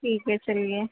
ٹھیک ہے چلیے